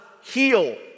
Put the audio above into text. heal